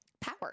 power